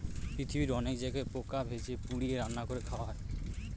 পৃথিবীর অনেক জায়গায় পোকা ভেজে, পুড়িয়ে, রান্না করে খাওয়া হয়